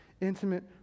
intimate